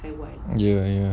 ya ya lah